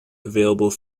available